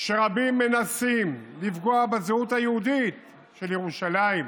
רבים מנסים לפגוע בזהות היהודית של ירושלים,